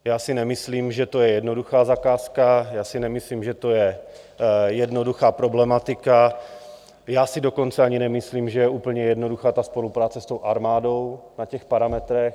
Já si nemyslím, že to je jednoduchá zakázka, já si nemyslím, že to je jednoduchá problematika, já si dokonce ani nemyslím, že je úplně jednoduchá ta spolupráce s armádou na těch parametrech.